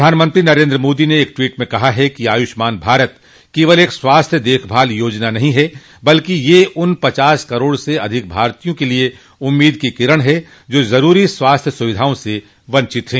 प्रधानमत्री नरेन्द्र मोदी ने एक ट्वीट में कहा है कि आयुष्मान भारत केवल एक स्वास्थ्य देखभाल योजना ही नहीं है बल्कि यह उन पचास करोड़ से अधिक भारतीयों के लिए उम्मीद की किरण है जो जरूरी स्वास्थ्य सुविधाओं से वंचित हैं